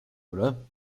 oder